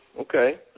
Okay